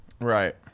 Right